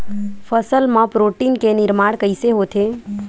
फसल मा प्रोटीन के निर्माण कइसे होथे?